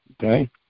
Okay